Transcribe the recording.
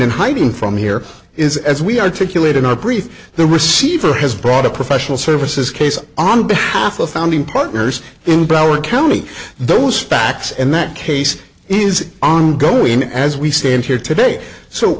and hiding from here is as we articulate in our brief the receiver has brought a professional services case on behalf of founding partners in broward county those facts and that case is ongoing and as we stand here today